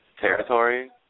Territory